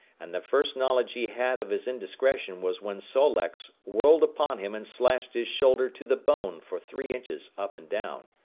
and the first knowledge he had of his indiscretion was when sol-leks whirled upon him and slashed his shoulder to the bone for three inches up and down.